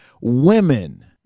women